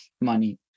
money